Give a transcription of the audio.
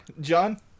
John